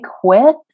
quit